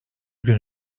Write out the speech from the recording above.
gün